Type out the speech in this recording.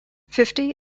fifty